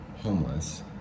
homeless